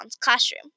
classroom